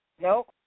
nope